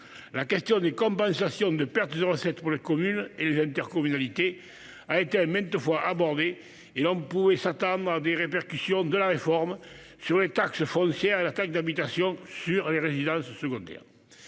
La question de la compensation des pertes de recettes pour les communes et les intercommunalités a été maintes fois abordée, et l'on pouvait s'attendre à des répercussions de la réforme sur la taxe foncière et la THRS. Dans l'imaginaire collectif, la résidence secondaire